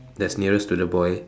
that's nearest to the boy